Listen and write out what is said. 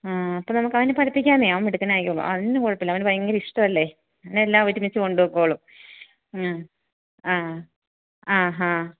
ആ അപ്പം നമുക്കവനെ പഠിപ്പിക്കാമെന്നേ അവൻ മിടുക്കനായിക്കോളും അതിന് കുഴപ്പമില്ല അവന് ഭയങ്കര ഇഷ്ടമല്ലേ ഇനി എല്ലാം ഒരുമിച്ച് കൊണ്ടുപോയിക്കോളും ആ ആഹാ